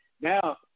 Now